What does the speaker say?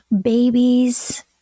babies